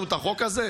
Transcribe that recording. שהעברנו את החוק הזה?